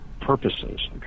purposes